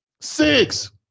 Six